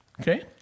Okay